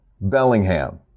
Bellingham